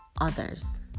others